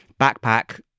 backpack